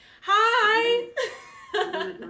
Hi